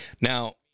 now